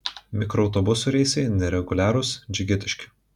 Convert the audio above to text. mikroautobusų reisai nereguliarūs džigitiški